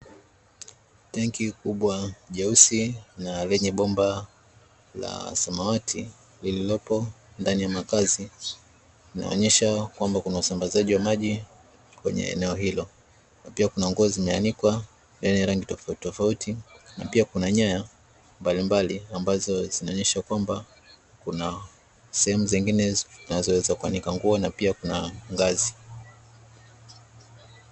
Tenki kubwa jeusi na lenye bomba la samawati lililopo ndani ya makazi, linaonyesha kwamba kuna usambazaji wa maji kwenye eneo hilo. Na pia kuna nguo zimeanikwa, zenye rangi tofautitofauti. Na pia nyaya mbalimbali ambazo zinaonyesha kwamba kuna sehemu zingine zinazoweza kuanika nguo. Na pia kuna ngazi.